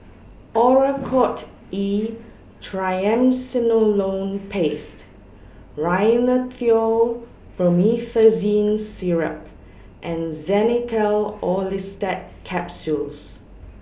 Oracort E Triamcinolone Paste Rhinathiol Promethazine Syrup and Xenical Orlistat Capsules